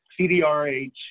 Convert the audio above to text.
CDRH